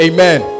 Amen